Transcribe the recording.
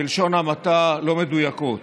לא מדויקות,